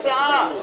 הצעה.